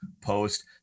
post